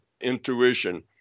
intuition